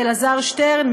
אלעזר שטרן,